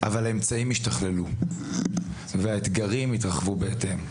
אבל האמצעים השתכללו והאתגרים התרחבו בהתאם.